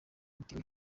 bitewe